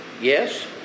Yes